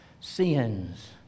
sins